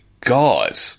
god